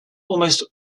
almost